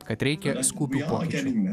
kad reikia skubių pokyčių